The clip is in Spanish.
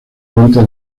cuenta